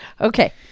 Okay